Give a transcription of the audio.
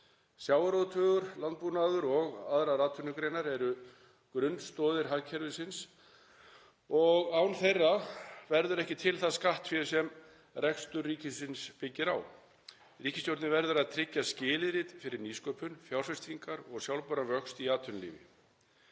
Sjávarútvegur, landbúnaður og aðrar atvinnugreinar eru grunnstoðir hagkerfisins og án þeirra verður ekki til það skattfé sem rekstur ríkisins byggir á. Ríkisstjórnin verður að tryggja skilyrði fyrir nýsköpun, fjárfestingar og sjálfbæran vöxt í atvinnulífi.